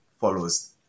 follows